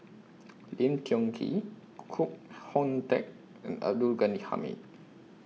Lim Tiong Ghee Koh Hoon Teck and Abdul Ghani Hamid